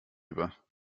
über